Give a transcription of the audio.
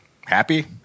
Happy